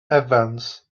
evans